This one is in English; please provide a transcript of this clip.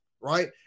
right